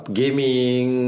gaming